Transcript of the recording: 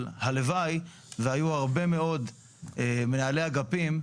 אבל הלוואי והיו הרבה מאוד מנהלי אגפים,